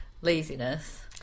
laziness